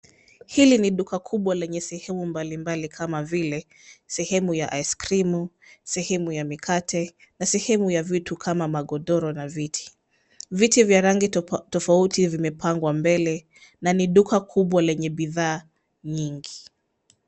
Hili ni duka kubwa lenye sehemu mbalimbali kama vile sehemu ya iskrimu, sehemu ya mikate, na sehemu ya vitu kama magodoro na viti. Viti vya rangi tofauti vimepangwa mbele na ni duka kubwa lenye bidhaa nyingi.